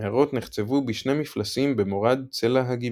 המערות נחצבו בשני מפלסים במורד צלע הגבעה.